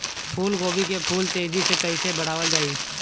फूल गोभी के फूल तेजी से कइसे बढ़ावल जाई?